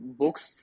books